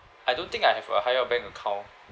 I don't think I have a high yield bank account